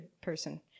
person